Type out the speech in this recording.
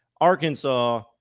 Arkansas –